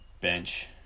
bench